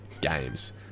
games